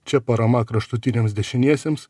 čia parama kraštutiniams dešiniesiems